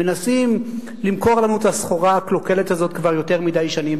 מנסים למכור לנו את הסחורה הקלוקלת הזאת כבר יותר מדי שנים,